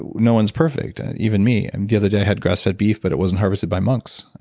no one's perfect, even me. the other day i had grass fed beef, but it wasn't harvested by monks.